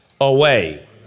away